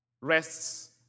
rests